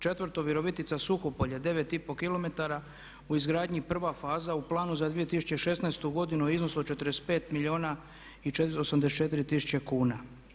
Četvrto, Virovitica-Suhopolje 9,5 km u izgradnji prva faza u planu za 2016. godinu u iznosu od 45 milijuna i 484 tisuće kuna.